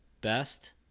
best